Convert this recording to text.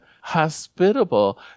hospitable